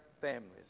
families